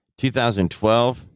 2012